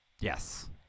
Yes